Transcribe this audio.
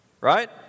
right